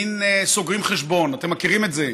מין, סוגרים חשבון, אתם מכירים את זה: